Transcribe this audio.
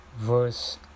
verse